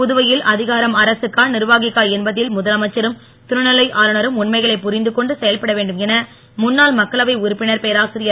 புதவையில் அதிகாரம் அரகக்கா நிர்வாகிக்கா என்பதில் முதலமைச்சரும் துணைநிலை ஆளுனரும் உண்மைகளை புரிந்துகொண்டு செயல்பட வேண்டும் என முன்னாள் மக்களவை உறுப்பினர் பேராசிரியர்